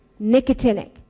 Nicotinic